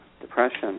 depression